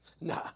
nah